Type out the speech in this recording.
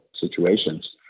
situations